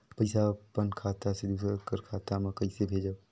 पइसा अपन खाता से दूसर कर खाता म कइसे भेजब?